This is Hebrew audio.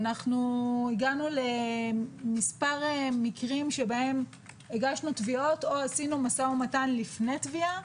הגענו למספר מקרים שבהם הגשנו תביעות או עשינו משא ומתן לפני תביעה,